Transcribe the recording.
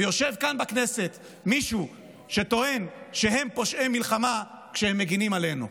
ויושב כאן בכנסת מישהו שטוען שהם פושעי מלחמה כשהם מגינים עלינו.